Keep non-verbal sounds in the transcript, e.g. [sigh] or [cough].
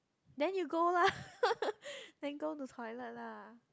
then you go lah [laughs] then go to toilet lah